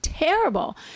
Terrible